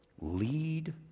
lead